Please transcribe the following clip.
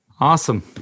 Awesome